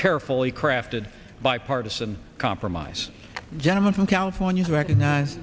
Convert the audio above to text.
carefully crafted bipartisan compromise gentleman from california to recognize